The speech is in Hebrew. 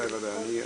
ודאי ודאי.